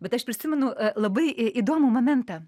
bet aš prisimenu labai įdomų momentą